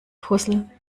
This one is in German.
puzzle